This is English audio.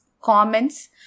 comments